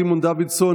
סימון דוידסון,